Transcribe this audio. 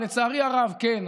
אבל לצערי הרב כן,